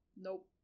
Nope